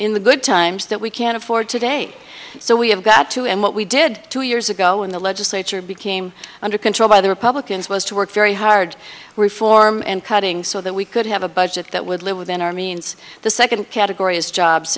in the good times that we can't afford today so we have got to and what we did two years ago when the legislature became under control by the republicans was to work very hard reform and cutting so that we could have a budget that would live within our means the second category is jobs